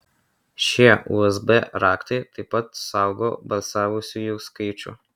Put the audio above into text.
šie usb raktai taip pat saugo balsavusiųjų skaičių